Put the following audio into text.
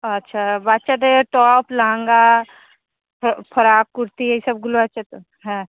আচ্ছা বাচ্চাদের টপ লেহেঙ্গা টেপফ্রক কুর্তি এইসবগুলো আছে তো হ্যাঁ